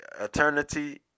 eternity